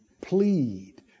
plead